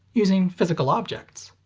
using physical objects.